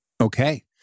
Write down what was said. Okay